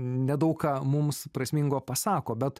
nedaug ką mums prasmingo pasako bet